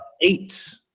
Eight